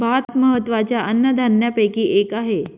भात महत्त्वाच्या अन्नधान्यापैकी एक आहे